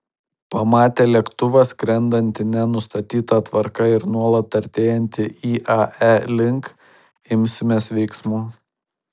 pamatę lėktuvą skrendantį ne nustatyta tvarka ir nuolat artėjantį iae link imsimės veiksmų